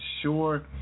sure